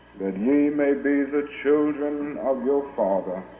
that ye may be the children of your father